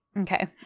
Okay